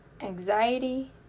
Anxiety